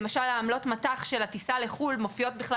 למשל עמלות המט"ח של הטיסה לחו"ל מופיעות בכלל